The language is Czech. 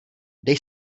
dej